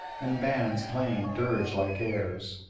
and bands playing dirge-like airs.